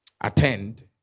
attend